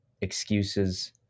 excuses